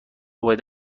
باید